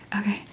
Okay